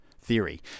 theory